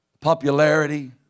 popularity